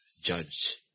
judge